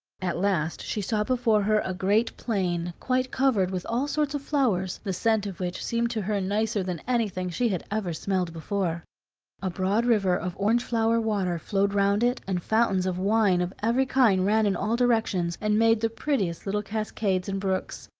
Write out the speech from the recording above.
at last she saw before her a great plain, quite covered with all sorts of flowers, the scent of which seemed to her nicer than anything she had ever smelled before a broad river of orange-flower water flowed round it and fountains of wine of every kind ran in all directions and made the prettiest little cascades and brooks.